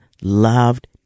loved